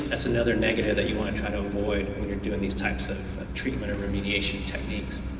that's another negative that you want to try to avoid when you are doing these types of treatment and remediation techniques.